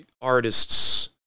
artists